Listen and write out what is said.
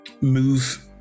move